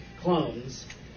clones